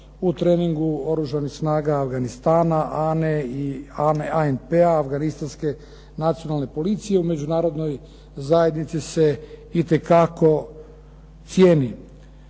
u treningu Oružanih snaga Afganistana, .../Govornik se ne razumije./... afganistanske nacionalne policije u Međunarodnoj zajednici se itekako cijeni.